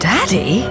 Daddy